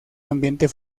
ambiente